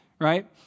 right